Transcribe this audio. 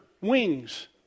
wings